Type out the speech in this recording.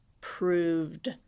proved